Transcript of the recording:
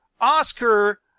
Oscar